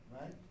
right